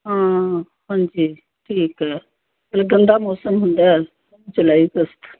ਹਾਂ ਹਾਂਜੀ ਠੀਕ ਹੈ ਅਤੇ ਗੰਦਾ ਮੌਸਮ ਹੁੰਦਾ ਜੁਲਾਈ ਅਗਸਤ